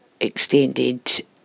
extended